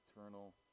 eternal